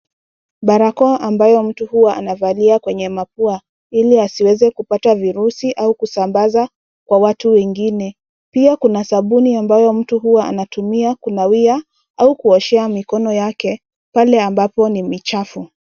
Barakoa ambayo mtu anavalia kwenye mapua, ili asiweze kupata virusi au kusambaza kwa watu wengine. Pia kuna sabuni ambayo mtu huwa anatumia kunawia au kuoshea mikono yake pale ambapo ni michafu.